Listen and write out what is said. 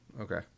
Okay